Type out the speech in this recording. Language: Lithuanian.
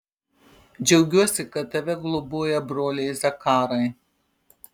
džiaugiuosi kad tave globoja broliai zakarai